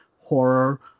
horror